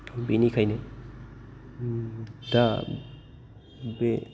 बेनिखायनो दा बे